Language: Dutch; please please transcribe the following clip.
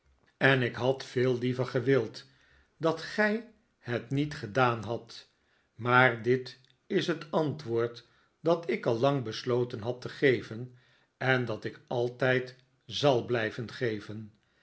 en ik had veel liever gewild dat gij het niet gedaan hadt maar dit is het antwoord dat ik al lang besloten had te geven en dat ik altijd zal blijven geven